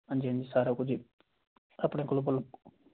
ਹਾਂਜੀ ਹਾਂਜੀ ਸਾਰਾ ਕੁਝ ਹੀ ਆਪਣੇ ਕੋਲ